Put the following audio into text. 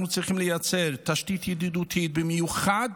אנחנו צריכים לייצר תשתית ידידותית, במיוחד